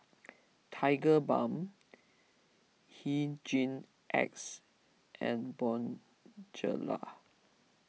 Tigerbalm Hygin X and Bonjela